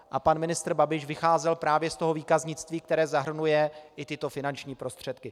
A pan ministr Babiš vycházel právě z výkaznictví, které zahrnuje i tyto finanční prostředky.